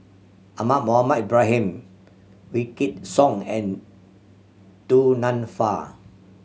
Ahmad Mohamed Ibrahim Wykidd Song and Du Nanfa